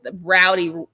rowdy